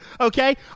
Okay